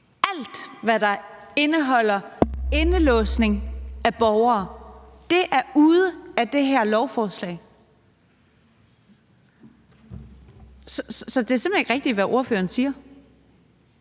alt – hvad der indeholder indelåsning af borgere, er ude af det her lovforslag. Så det er simpelt hen ikke rigtigt, hvad ordføreren siger.